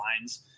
lines